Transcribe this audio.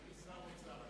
אדוני שר האוצר.